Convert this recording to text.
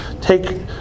take